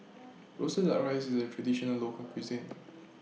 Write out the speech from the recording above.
Roasted Duck Rice IS A Traditional Local Cuisine